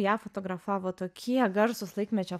ją fotografavo tokie garsūs laikmečio